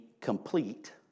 complete